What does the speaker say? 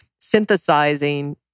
synthesizing